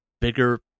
bigger